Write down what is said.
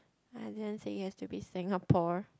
I didn't say yes to be Singapore